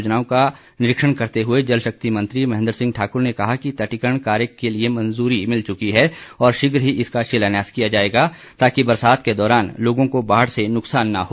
ज्वालामुखी व देहरा में विभिन्न सिंचाई योजनाओं का निरीक्षण करते हुए जल शक्ति मंत्री महेन्द्र सिंह ने कहा कि तटीकरण कार्य के लिए मंजूरी मिल चुकी है और शीघ्र ही इसका शिलान्यास किया जाएगा ताकि बरसात के दौरान लोगों को बाढ़ से नुकसान न हो